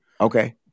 Okay